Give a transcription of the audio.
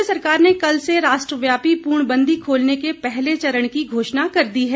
केन्द्र सरकार ने कल से राष्ट्रव्यापी पूर्णबंदी खोलने के पहले चरण की घोषणा कर दी है